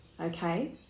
Okay